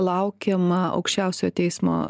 laukiama aukščiausiojo teismo